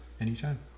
anytime